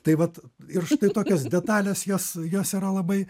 tai vat ir štai tokios detalės jos jos yra labai